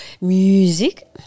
music